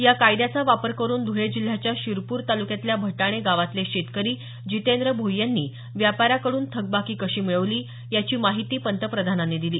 या कायद्याचा वापर करून धुळे जिल्ह्याच्या शिरपूर तालुक्यातल्या भटाणे गावातले शेतकरी जितेंद्र भोई यांनी व्यापाऱ्याकडून थकबाकी कशी मिळवली याची माहिती पंतप्रधानांनी दिली